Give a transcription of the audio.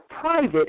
private